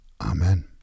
Amen